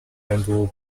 监督